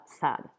sad